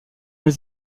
les